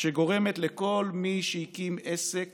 שגורמת לכל מי שהקים עסק